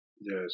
yes